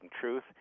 truth